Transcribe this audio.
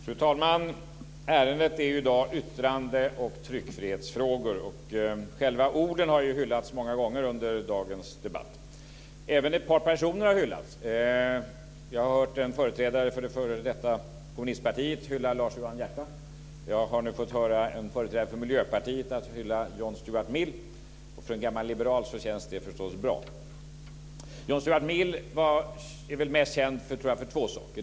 Fru talman! Ärendet är i dag yttrande och tryckfrihetsfrågor. Själva orden har hyllats många gånger under dagens debatt. Även ett par personer har hyllats. Jag har hört en företrädare för f.d. kommunistpartiet hylla Lars Johan Hierta. Jag har nu fått höra en företrädare för Miljöpartiet hylla John Stuart Mill. För en gammal liberal känns det förstås bra. John Stuart Mill var väl mest känd för två saker.